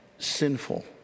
sinful